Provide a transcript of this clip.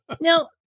Now